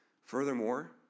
Furthermore